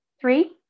Three